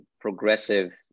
progressive